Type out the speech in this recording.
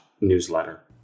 newsletter